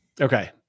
okay